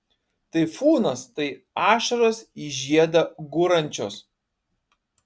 taifūnas tai ašaros į žiedą gūrančios